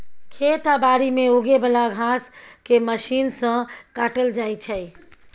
खेत आ बारी मे उगे बला घांस केँ मशीन सँ काटल जाइ छै